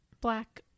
Black